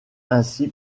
ainsi